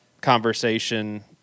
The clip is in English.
conversation